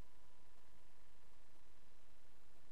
ישראל